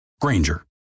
Granger